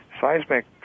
Seismic